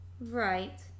Right